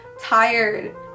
tired